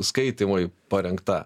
skaitymui parengta